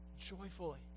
joyfully